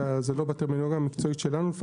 - זה לא בטרמינולוגיה המקצועית שלנו,